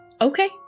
Okay